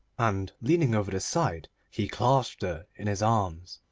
and leaning over the side he clasped her in his arms.